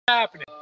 happening